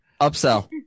upsell